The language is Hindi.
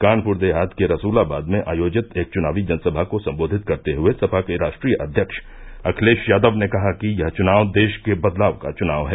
कानपुर देहात के रसुलाबाद में आयोजित एक चुनावी जनसभा को सम्बोधित करते हये सपा के राष्ट्रीय अध्यक्ष अखिलेश यादव ने कहा कि यह चुनाव देश के बदलाव का चुनाव है